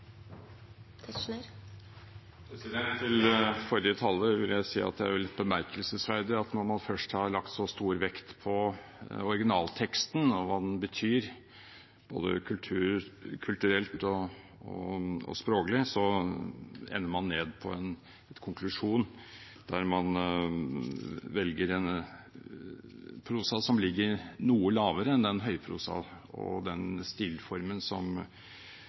bemerkelsesverdig når man først har lagt så stor vekt på originalteksten og på hva den betyr, både kulturelt og språklig, at man ender med en konklusjon der man velger en prosa som ligger noe lavere enn den høyprosaen og den stilformen som